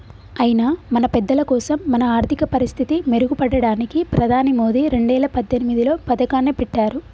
అయినా మన పెద్దలకోసం మన ఆర్థిక పరిస్థితి మెరుగుపడడానికి ప్రధాని మోదీ రెండేల పద్దెనిమిదిలో పథకాన్ని పెట్టారు